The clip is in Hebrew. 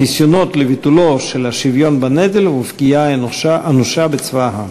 הניסיונות לביטולו של השוויון בנטל ופגיעה אנושה בצבא העם.